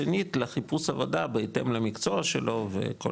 שנית לחיפוש עבודה בהתאם למקצוע שלו וכל